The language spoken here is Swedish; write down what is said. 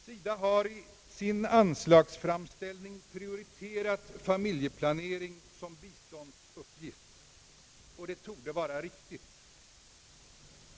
SIDA har i sin anslagsframställning prioriterat familjeplanering som biståndsuppgift, och det torde vara riktigt.